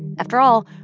after all,